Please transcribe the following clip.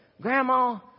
Grandma